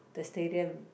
the stadium